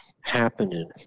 happening